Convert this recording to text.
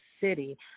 City